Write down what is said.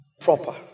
proper